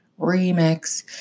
remix